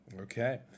okay